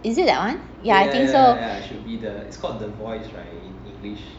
is it that one yeah I think so